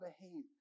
behave